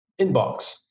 inbox